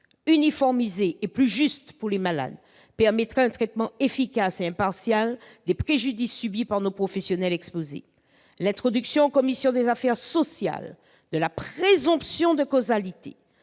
uniformisée et plus juste pour les malades permettra un traitement efficace et impartial des préjudices subis par nos professionnels exposés. L'introduction en commission des affaires sociales de la présomption de causalité,